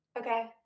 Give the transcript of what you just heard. Okay